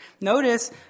Notice